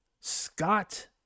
Scott